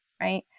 Right